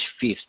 fifth